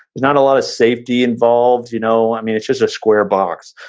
not a lot of safety involved. you know i mean it's just a square box.